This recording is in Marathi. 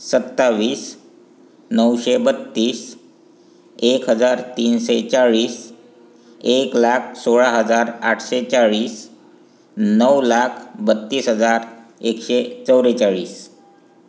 सत्तावीस नऊशे बत्तीस एक हजार तीनशे चाळीस एक लाख सोळा हजार आठशे चाळीस नऊ लाख बत्तीस हजार एकशे चौवेचाळीस